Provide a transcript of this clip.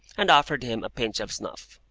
and offered him a pinch of snuff.